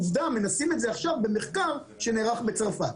עובדה, מנסים את זה עכשיו במחקר שנערך בצרפת.